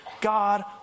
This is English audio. God